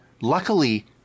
luckily